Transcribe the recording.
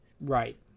Right